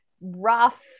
rough